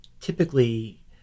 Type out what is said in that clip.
typically